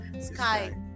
Sky